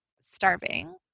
starving